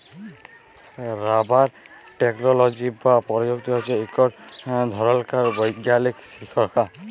rubber technology বা পরযুক্তি হছে ইকট ধরলকার বৈগ্যালিক শিখ্খা